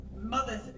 mothers